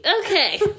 Okay